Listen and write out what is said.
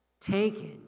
Taken